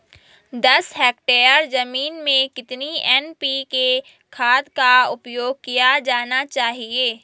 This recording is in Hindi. दस हेक्टेयर जमीन में कितनी एन.पी.के खाद का उपयोग किया जाना चाहिए?